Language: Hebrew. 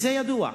וזה ידוע,